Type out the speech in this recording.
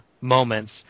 moments